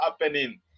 happening